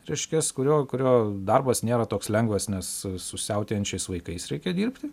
reiškias kurio kurio darbas nėra toks lengvas nes su siautėjančiais vaikais reikia dirbti